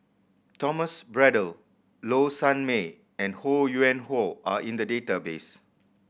Thomas Braddell Low Sanmay and Ho Yuen Hoe are in the database